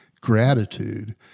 gratitude